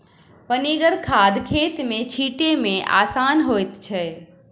पनिगर खाद खेत मे छीटै मे आसान होइत छै